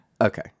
okay